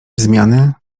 zmiany